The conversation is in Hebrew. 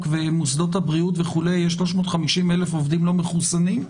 ומוסדות הבריאות וכו' יש 350,000 עובדים לא מחוסנים?